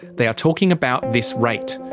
they are talking about this rate.